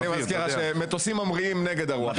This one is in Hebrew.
אני מזכיר לך שמטוסים ממריאים נגד הרוח.